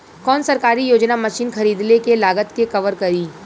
कौन सरकारी योजना मशीन खरीदले के लागत के कवर करीं?